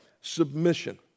submission